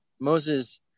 Moses